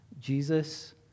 Jesus